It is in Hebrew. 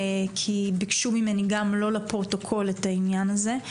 כי ביקשו ממני גם לא לפרוטוקול את העניין הזה.